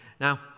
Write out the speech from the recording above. Now